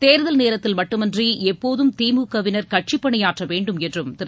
தேர்தல் நேரத்தில் மட்டுமின்றி எப்போதும் திமுகவினர் கட்சிப் பணியாற்ற வேண்டும் என்று திரு